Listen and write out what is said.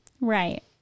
Right